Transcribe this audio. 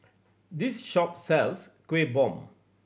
this shop sells Kueh Bom